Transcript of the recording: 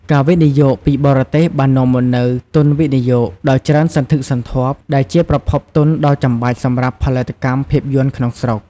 ការវិនិយោគពីបរទេសបាននាំមកនូវ ទុនវិនិយោគ ដ៏ច្រើនសន្ធឹកសន្ធាប់ ដែលជាប្រភពទុនដ៏ចាំបាច់សម្រាប់ផលិតកម្មភាពយន្តក្នុងស្រុក។